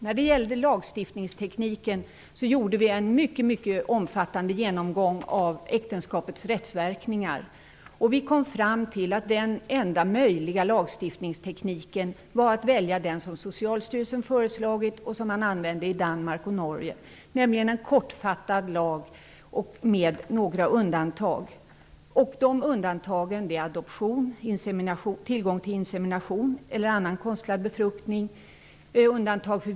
När det gällde lagstiftningstekniken gjorde vi en mycket omfattande genomgång av äktenskapets rättsverkningar. Vi kom fram till att den enda möjliga lagstiftningstekniken var den som Socialstyrelsen hade föreslagit och som man använde i Danmark och Norge. Det rör sig om en kortfattad lag som i huvudsak motsvarar vad som gäller för äktenskap. Det finns undantag i fråga om adoption, tillgång till insemination eller annan konstlad befruktning.